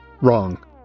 Wrong